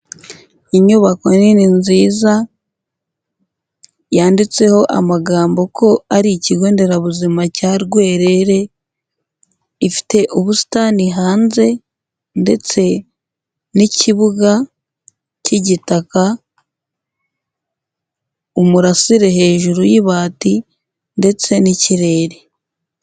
Inyubako nini nziza, yanditseho amagambo ko ari Ikigonderabuzima cya Rwerere, ifite ubusitani hanze, ndetse n'ikibuga cy'igitaka, umurasire hejuru y'ibati ndetse n'ikirere.